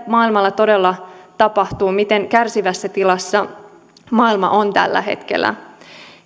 maailmalla todella tapahtuu miten kärsivässä tilassa maailma on tällä hetkellä